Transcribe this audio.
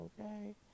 okay